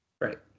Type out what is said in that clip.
right